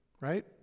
Right